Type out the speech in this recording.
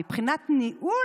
מבחינת ניהול,